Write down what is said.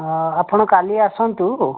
ଆ ଆପଣ କାଲି ଆସନ୍ତୁ